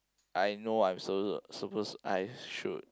I know I'm suppo~ suppose I should